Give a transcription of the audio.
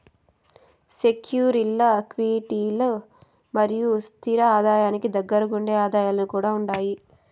సెక్యూరీల్ల క్విటీలు మరియు స్తిర ఆదాయానికి దగ్గరగుండే ఆదాయాలు కూడా ఉండాయి